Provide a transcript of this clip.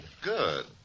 Good